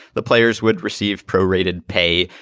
the players would receive pro-rated pay.